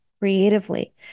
creatively